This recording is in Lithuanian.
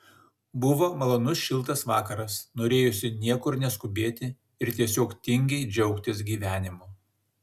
buvo malonus šiltas vakaras norėjosi niekur neskubėti ir tiesiog tingiai džiaugtis gyvenimu